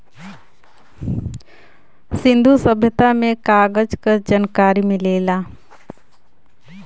सिंन्धु सभ्यता में भी कागज क जनकारी मिलेला